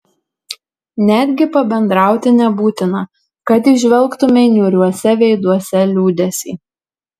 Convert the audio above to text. netgi pabendrauti nebūtina kad įžvelgtumei niūriuose veiduose liūdesį